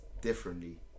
differently